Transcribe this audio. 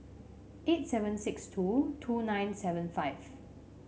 eight seven six two two nine seven five